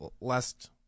Last